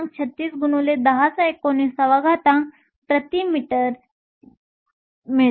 36 x 1019 m 3 मिळते